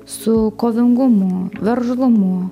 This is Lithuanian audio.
su kovingumu veržlumu